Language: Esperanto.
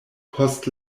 post